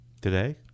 Today